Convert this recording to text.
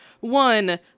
one